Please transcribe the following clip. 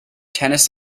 tennis